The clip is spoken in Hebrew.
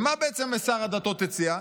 ומה בעצם שר הדתות הציע?